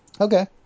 Okay